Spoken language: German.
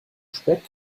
speck